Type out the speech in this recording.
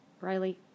Riley